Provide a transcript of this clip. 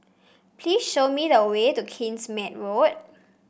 please show me the way to Kingsmead Road